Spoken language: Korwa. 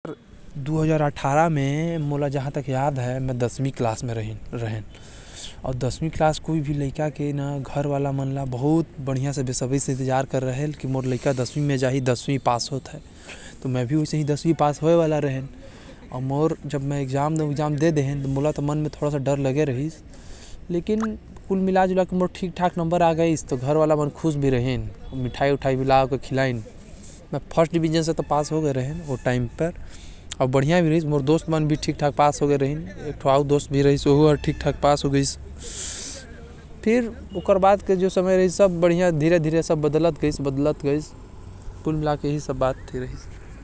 दु हजार अट्ठारह म मैं दसवीं कक्षा म रहेन, जेमा मैं पहिला डिवीज़न म पास होये रहेन। मोर घर म सबे खुश रहिन ओ सबला मिठाई खिलात रहिन।